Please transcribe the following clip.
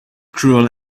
cruel